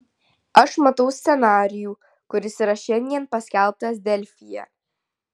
aš matau scenarijų kuris yra šiandien paskelbtas delfyje